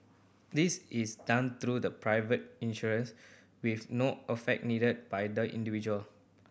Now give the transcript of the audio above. this is done through the private insurers with no affect needed by the individual